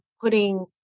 putting